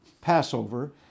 Passover